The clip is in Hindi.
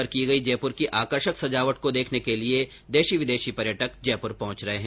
दीपावली पर की गई जयपूर की आकर्षक सजावट को देखने के लिए देशी और विदेशी पर्यटक जयपूर पहुंच रहे है